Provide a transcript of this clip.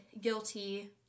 guilty